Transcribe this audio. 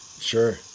Sure